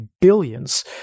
billions